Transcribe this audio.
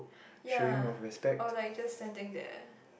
ya or like just standing there